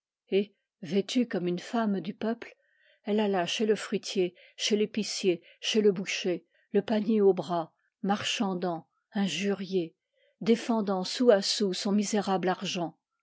vêtue comme une femme du peuple elle alla chez le fruitier chez l'épicier chez le boucher le panier au bras marchandant injuriée défendant sou à sou son misérable argent